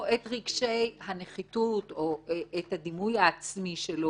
לפעמים מישהו ניקה את הנשק או דבר כזה.